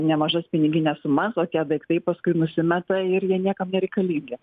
nemažas pinigines sumas o tie daiktai paskui nusimeta ir jie niekam nereikalingi